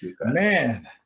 man